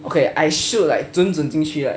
okay I shoot like 准准进去 right